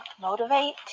motivate